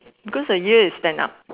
because the ear is stand up